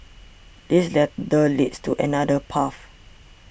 this ladder leads to another path